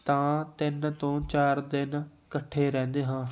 ਤਾਂ ਤਿੰਨ ਤੋਂ ਚਾਰ ਦਿਨ ਇਕੱਠੇ ਰਹਿੰਦੇ ਹਾਂ